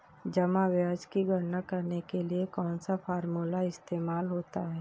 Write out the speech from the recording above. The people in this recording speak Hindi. जमा ब्याज की गणना करने के लिए कौनसा फॉर्मूला इस्तेमाल होता है?